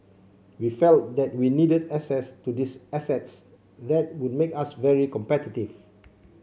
we felt that we needed access to these assets that would make us very competitive